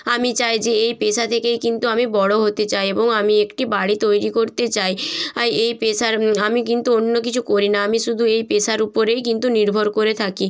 আমি চাই যে এই পেশা থেকেই কিন্তু আমি বড়ো হতে চাই এবং আমি একটি বাড়ি তৈরি করতে চাই এই পেশার আমি কিন্তু অন্য কিছু করি না আমি শুধু এই পেশার ওপরেই কিন্তু নির্ভর করে থাকি